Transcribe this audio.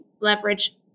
leverage